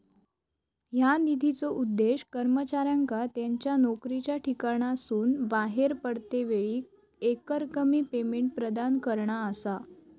ह्या निधीचो उद्देश कर्मचाऱ्यांका त्यांच्या नोकरीच्या ठिकाणासून बाहेर पडतेवेळी एकरकमी पेमेंट प्रदान करणा असा